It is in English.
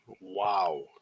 Wow